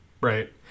right